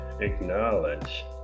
acknowledge